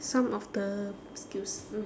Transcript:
some of the skills mm